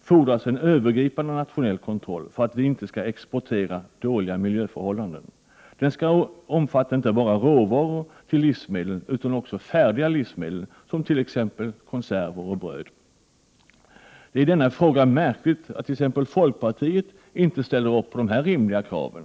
fordras en övergripande nationell kontroll för att vi inte skall exportera dåliga miljöförhållanden. Kontrollen skall inte bara omfatta råvaror till livsmedel utan också färdiga livsmedel som t.ex. konserver och bröd. Det är i denna fråga märkligt att folkpartiet inte ställer upp på dessa rimliga krav.